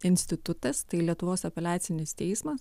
institutas tai lietuvos apeliacinis teismas